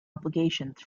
obligations